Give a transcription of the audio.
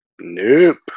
Nope